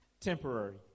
temporary